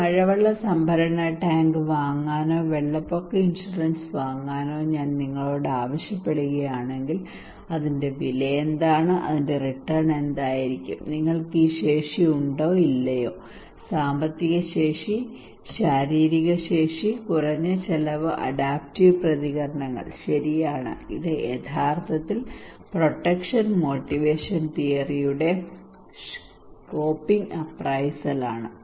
ഒരു മഴവെള്ള സംഭരണ ടാങ്ക് വാങ്ങാനോ വെള്ളപ്പൊക്ക ഇൻഷുറൻസ് വാങ്ങാനോ ഞാൻ നിങ്ങളോട് ആവശ്യപ്പെടുകയാണെങ്കിൽ അതിന്റെ വിലയെന്താണ് അതിന്റെ റിട്ടേൺ എന്തായിരിക്കും നിങ്ങൾക്ക് ഈ ശേഷി ഉണ്ടോ ഇല്ലയോ സാമ്പത്തിക ശേഷി ശാരീരിക ശേഷി കുറഞ്ഞ ചെലവ് അഡാപ്റ്റീവ് പ്രതികരണങ്ങൾ ശരിയാണ് ഇത് യഥാർത്ഥത്തിൽ പ്രൊട്ടക്ഷൻ മോട്ടിവേഷൻ തിയറിയുടെ കോപ്പിംഗ് അപ്രൈസലാണ്